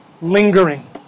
lingering